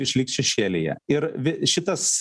išliks šešėlyje ir vi šitas